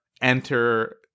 enter